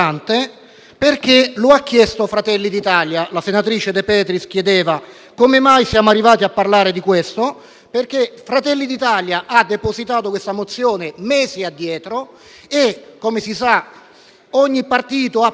perché lo ha chiesto Fratelli d'Italia. La senatrice De Petris chiedeva come mai siamo arrivati a parlare di questo: perché Fratelli d'Italia ha depositato questa mozione mesi fa e, come si sa, ogni Gruppo ha la